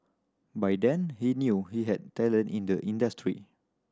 by then he knew he had talent in the industry